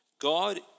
God